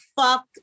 fuck